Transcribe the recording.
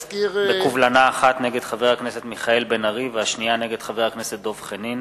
בקובלנות נגד חבר הכנסת מיכאל בן-ארי ונגד חבר הכנסת דב חנין.